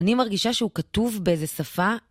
אני מרגישה שהוא כתוב באיזה שפה.